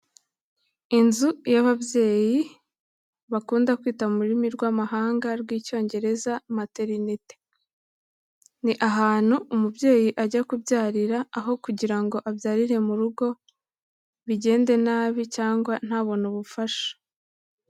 Inzu y'ababyeyi bakunda kwita mu rurimi rw'amahanga rw'Icyongereza materinete, ni ahantu umubyeyi ajya kubyarira aho kugira ngo abyarire mu rugo, bigende nabi cyangwa ntabone ubufasha.